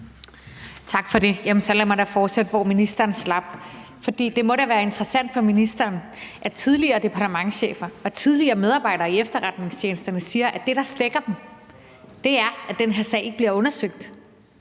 Tak for det. Jamen så lad mig da fortsætte, hvor ministeren slap. For det må da være interessant for ministeren, at tidligere departementschefer og tidligere medarbejdere i efterretningstjenesterne siger, at det, der stækker dem, er, at den her sag ikke bliver undersøgt.